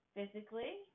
Physically